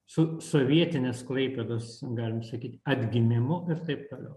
su sovietinės klaipėdos galim sakyt atgimimu ir taip toliau